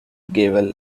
gavel